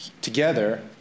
together